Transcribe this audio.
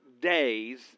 days